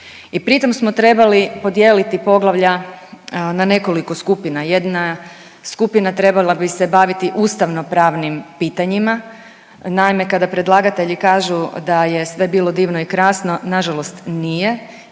I pritom smo trebali podijeliti poglavlja na nekoliko skupina. Jedna skupina trebala bi se baviti ustavnopravnim pitanjima. Naime, kada predlagatelji kažu da je sve bilo divno i krasno, nažalost nije,